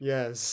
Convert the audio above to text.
Yes